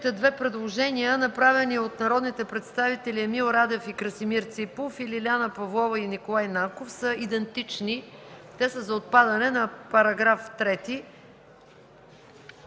две предложения, направени от народните представители Емил Радев и Красимир Ципов, и Лиляна Павлова и Николай Нанков, са идентични. Те са за отпадане на § 3,